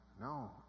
No